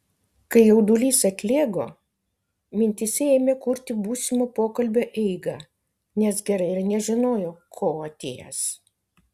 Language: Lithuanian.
kai jaudulys atlėgo mintyse ėmė kurti būsimo pokalbio eigą nes gerai ir nežinojo ko atėjęs